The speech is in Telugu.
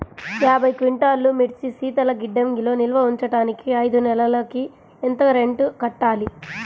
యాభై క్వింటాల్లు మిర్చి శీతల గిడ్డంగిలో నిల్వ ఉంచటానికి ఐదు నెలలకి ఎంత రెంట్ కట్టాలి?